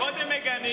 קודם מגנים.